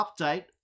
update